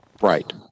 Right